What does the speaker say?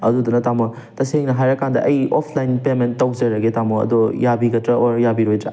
ꯑꯗꯨꯗꯨꯅ ꯇꯥꯃꯣ ꯇꯁꯦꯡꯅ ꯍꯥꯏꯔꯀꯥꯟꯗ ꯑꯩ ꯑꯣꯐꯂꯥꯏꯟ ꯄꯦꯃꯦꯟ ꯇꯧꯖꯔꯒꯦ ꯇꯥꯃꯣ ꯑꯗꯨ ꯌꯥꯕꯤꯒꯗ꯭ꯔꯥ ꯑꯣꯔ ꯌꯥꯕꯤꯔꯣꯏꯗ꯭ꯔꯥ